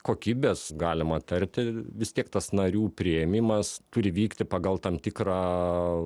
kokybės galima tarti vis tiek tas narių priėmimas turi vykti pagal tam tikrą